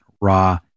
raw